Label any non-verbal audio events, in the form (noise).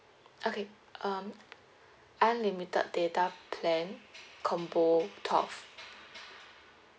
okay um unlimited data plan (noise) combo twelve